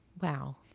Wow